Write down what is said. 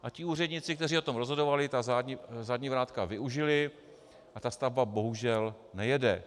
A ti úředníci, kteří o tom rozhodovali, ta zadní vrátka využili a ta stavba bohužel nejede.